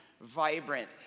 vibrant